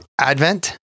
Advent